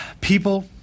people